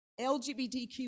LGBTQ